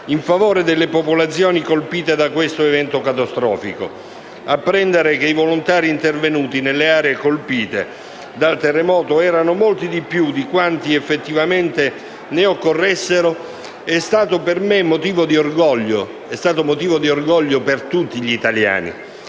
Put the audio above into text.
in favore delle popolazioni colpite da questo evento catastrofico. Apprendere che i volontari intervenuti nelle aree colpite dal terremoto erano molti di più di quanti effettivamente occorressero è stato per me motivo di orgoglio e lo è stato per tutti gli italiani.